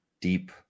deep